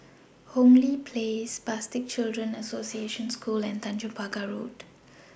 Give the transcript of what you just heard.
Hong Lee Place Spastic Children's Association School and Tanjong Pagar Road